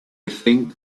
think